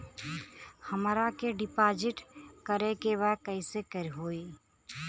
हमरा के डिपाजिट करे के बा कईसे होई?